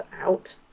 out